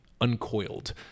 uncoiled